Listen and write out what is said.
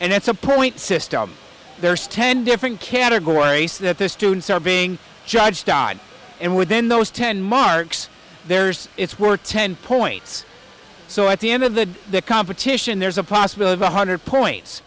and it's a point system there's ten different categories that the students are being judged on and within those ten marks there's it's worth ten points so at the end of the competition there's a possibility one hundred points